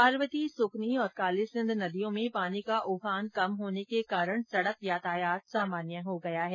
पार्वती सुकनी और कालीसिंध नदियों में पानी का उफान कम होने के कारण सड़क यातायात सामान्य हो गया है